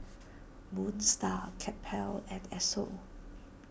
Moon Star Campbell's and Esso